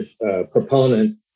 proponent